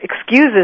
excuses